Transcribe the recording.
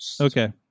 Okay